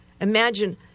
Imagine